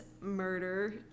murder